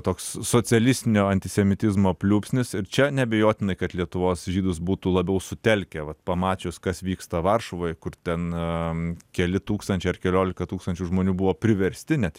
toks socialistinio antisemitizmo pliūpsnis ir čia neabejotinai kad lietuvos žydus būtų labiau sutelkę vat pamačius kas vyksta varšuvoj kur ten keli tūkstančiai ar keliolika tūkstančių žmonių buvo priversti net